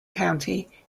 county